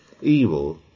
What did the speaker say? Evil